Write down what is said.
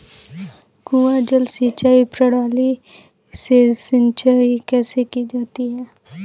कुआँ जल सिंचाई प्रणाली से सिंचाई कैसे की जाती है?